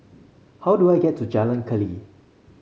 how do I get to Jalan Keli